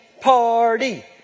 party